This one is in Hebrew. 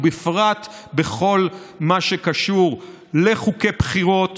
ובפרט בכל מה שקשור לחוקי בחירות